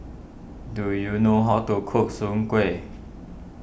do you know how to cook Soon Kuih